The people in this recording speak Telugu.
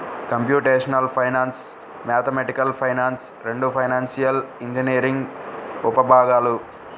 కంప్యూటేషనల్ ఫైనాన్స్, మ్యాథమెటికల్ ఫైనాన్స్ రెండూ ఫైనాన్షియల్ ఇంజనీరింగ్ ఉపవిభాగాలు